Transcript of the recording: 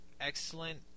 excellent